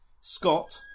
Scott